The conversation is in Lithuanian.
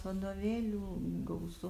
vadovėlių gausu